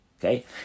Okay